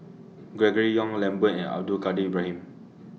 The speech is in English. Gregory Yong Lambert and Abdul Kadir Ibrahim